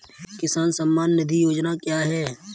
किसान सम्मान निधि योजना क्या है?